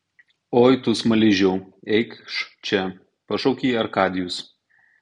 oi tu smaližiau eikš čia pašaukė jį arkadijus